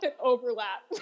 overlap